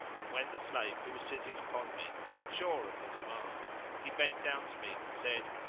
and when the slave who was sitting upon me made sure of the command he bent down to me and said,